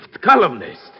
columnist